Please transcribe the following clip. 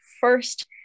first